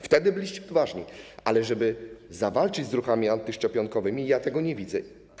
Wtedy byliście odważni, ale jeśli trzeba zawalczyć z ruchami antyszczepionkowymi, to tego nie widzę.